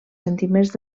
sentiments